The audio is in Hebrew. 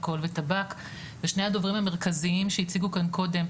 אלכוהול וטבק ושני הדוברים המרכזיים שהציגו כאן קודם,